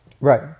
right